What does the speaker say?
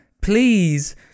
Please